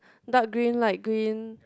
dark green light green